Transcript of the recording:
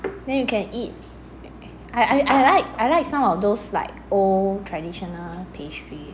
then you can eat I I like I like some of those like old traditional pastry